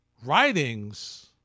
writings